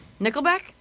nickelback